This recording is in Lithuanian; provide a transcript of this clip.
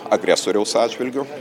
agresoriaus atžvilgiu